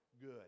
good